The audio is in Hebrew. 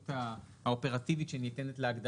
לא.